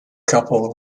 couple